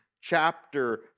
chapter